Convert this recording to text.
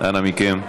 אנא מכם.